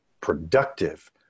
productive